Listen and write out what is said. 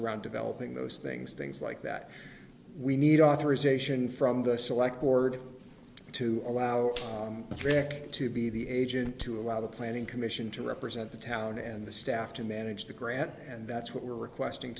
around developing those things things like that we need authorization from the select board to allow the brick to be the agent to allow the planning commission to represent the town and the staff to manage the grant and that's what we're requesting